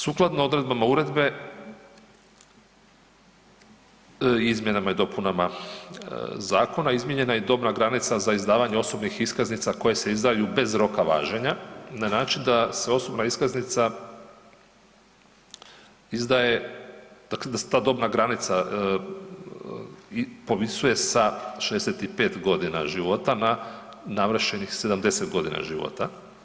Sukladno odredbama Uredbe izmjenama i dopunama Zakona izmijenjena je i dobna granica za izdavanje osobnih iskaznica koje se izdaju bez roka važenja na način da se osobna iskaznica izdaje dakle da se ta dobna granica povisuje sa 65 godina života na navršenih 70 godina života.